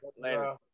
Later